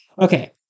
Okay